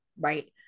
right